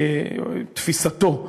תפיסתו,